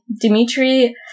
Dmitry